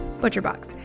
ButcherBox